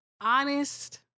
honest